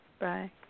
Bye